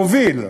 להוביל,